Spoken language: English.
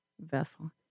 vessel